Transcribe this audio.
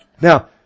Now